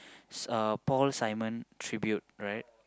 uh Paul-Simon Tribute right